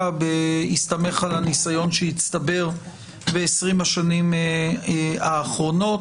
בהסתמך על הניסיון שהצטבר בעשרים השנים האחרונות.